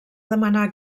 demanar